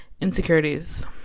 insecurities